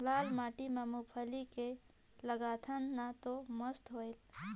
लाल माटी म मुंगफली के लगाथन न तो मस्त होयल?